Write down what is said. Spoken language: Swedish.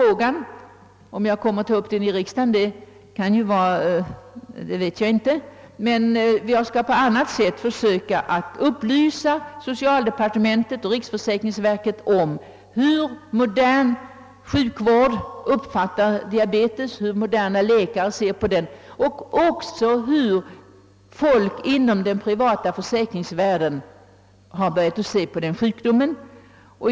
Jag vet inte om jag ånyo kommer att ta upp den i riksdagen, men jag skall i varje fall på annat sätt försöka att upplysa socialdepartementet och riksförsäkringsverket om hur modern sjukvård och moderna läkare uppfattar diabetes samt också om hur folk inom den privata försäkringsvärlden har börjat betrakta denna sjukdom.